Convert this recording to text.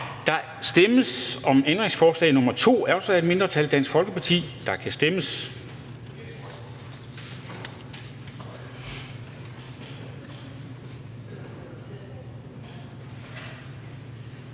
Der stemmes om ændringsforslag nr. 16 af et mindretal (DF), og der kan stemmes.